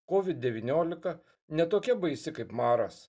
covid devyniolika ne tokia baisi kaip maras